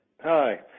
Hi